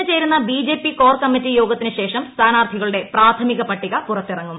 ഇന്ന് ചേരുന്ന BJP core committee യോഗത്തിന് ശേഷം സ്ഥാനാർത്ഥികളുടെ പ്രാഥമിക പട്ടിക പുറത്തിറങ്ങും